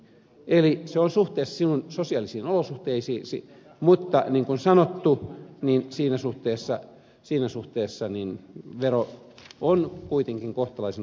eli se on suhteessa sinun sosiaalisiin olosuhteisiisi mutta niin kuin sanottu niin siinä suhteessa vero on kuitenkin kohtalaisen oikeudenmukainen